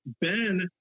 Ben